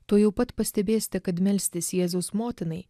tuojau pat pastebėsite kad melstis jėzaus motinai